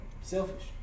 Selfish